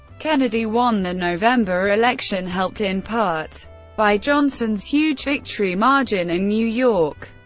kennedy won the november election, helped in part by johnson's huge victory margin in new york.